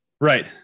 Right